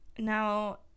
Now